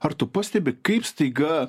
ar tu pastebi kaip staiga